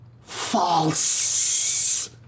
false